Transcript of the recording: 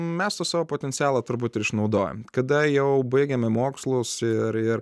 mes tą savo potencialą turbūt ir išnaudojom kada jau baigiame mokslus ir ir